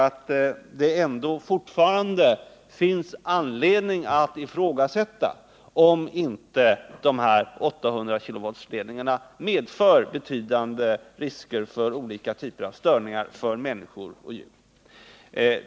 Men kvar står att det fortfarande finns anledning att ifrågasätta om inte 800-kV-ledningarna medför betydande risker i form av olika typer av störningar för människor och djur.